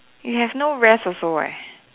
you have no rest also eh